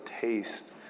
taste